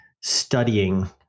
studying